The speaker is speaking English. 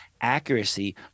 accuracy